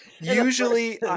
Usually